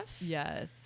yes